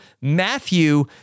matthew